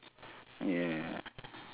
ya